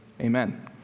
Amen